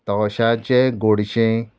तोशाचें गोडशें